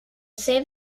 same